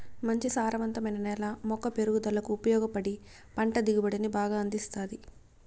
మంచి సారవంతమైన నేల మొక్క పెరుగుదలకు ఉపయోగపడి పంట దిగుబడిని బాగా అందిస్తాది